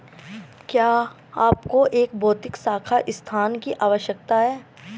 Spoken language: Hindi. क्या आपको एक भौतिक शाखा स्थान की आवश्यकता है?